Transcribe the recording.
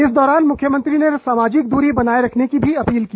इस दौरान मुख्यमंत्री ने सामाजिक दूरी बनाए रखने की भी अपील की